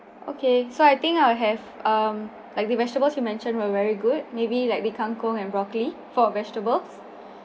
okay so I think I'll have um like the vegetables you mentioned were very good maybe like the kangkong and broccoli for vegetables